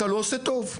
אתה לא עושה טוב.